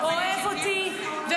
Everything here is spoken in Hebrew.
אוהב אותי -- "השם יתברך תמיד אוהב אותי,